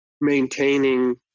maintaining